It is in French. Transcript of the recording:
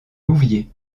louviers